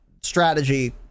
strategy